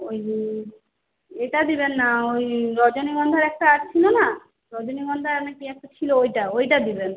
ওই এটা দেবেন না ওই রজনীগন্ধার একটা ছিলো না রজনীগন্ধা না কী একটা ছিলো ওইটা ওইটা দেবেন